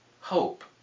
hope